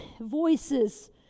voices